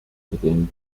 within